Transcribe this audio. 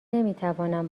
نمیتوانم